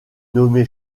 nommé